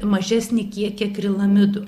mažesnį kiekį akrilamidų